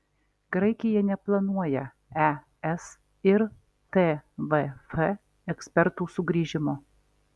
graikija neplanuoja es ir tvf ekspertų sugrįžimo